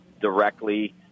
directly